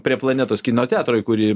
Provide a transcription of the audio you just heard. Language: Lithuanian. prie planetos kino teatro į kurį